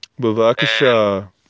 Bavakasha